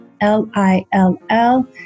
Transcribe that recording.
L-I-L-L